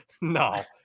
No